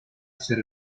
hacer